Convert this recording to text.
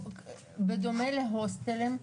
בדומה להוסטלים,